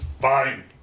Fine